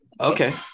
Okay